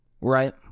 right